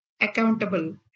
accountable